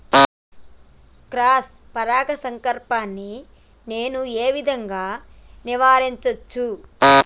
Cross పరాగ సంపర్కాన్ని నేను ఏ విధంగా నివారించచ్చు?